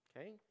Okay